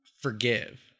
forgive